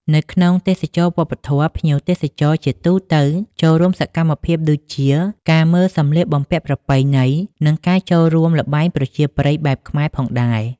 នៅក្នុងទេសចរណ៍វប្បធម៌ ភ្ញៀវទេសចរជាទូទៅចូលរួមសកម្មភាពដូចជាការមើលសម្លៀកបំពាក់ប្រពៃណី និងការចូលរួមល្បែងប្រជាប្រិយបែបខ្មែរផងដែរ។